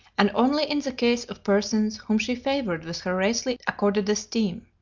and only in the case of persons whom she favored with her rarely accorded esteem.